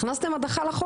הכנסתם הדחה לחוק.